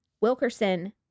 Wilkerson